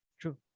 True